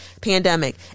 pandemic